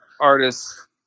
artists